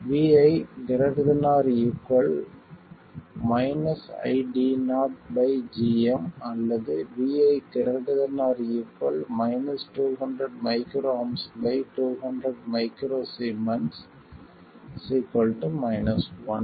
vi ≥ IDO gm அல்லது vi ≥ 200 µA 200 µS 1 V